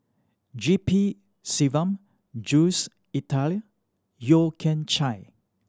G P Selvam Jules Itier Yeo Kian Chai